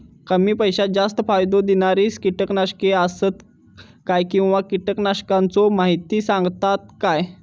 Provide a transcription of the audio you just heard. कमी पैशात जास्त फायदो दिणारी किटकनाशके आसत काय किंवा कीटकनाशकाचो माहिती सांगतात काय?